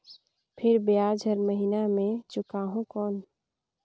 फिर ब्याज हर महीना मे चुकाहू कौन?